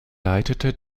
leitete